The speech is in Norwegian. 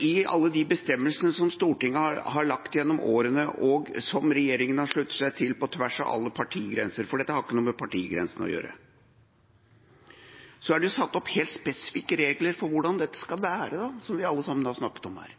i alle de bestemmelsene som Stortinget har lagt gjennom årene – og som regjeringene har sluttet seg til på tvers av alle partigrenser, for dette har ikke noe med partigrensene å gjøre – er det satt opp helt spesifikke regler for hvordan dette skal være, som vi alle sammen har snakket om her.